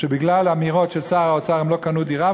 שבגלל אמירות של שר האוצר הם לא קנו דירה,